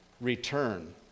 return